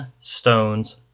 Stones